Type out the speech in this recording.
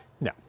no